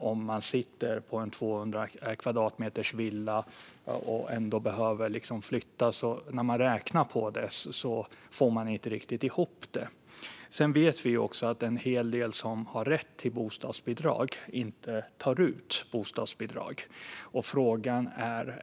Om man sitter på en villa på 200 kvadratmeter och ändå behöver flytta får man inte riktigt ihop det när man räknar på det. Vi vet också att en hel del som har rätt till bostadsbidrag inte tar ut bostadsbidrag.